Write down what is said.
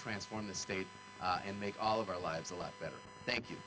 transform the state and make all of our lives a lot better thank you